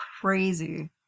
crazy